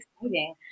exciting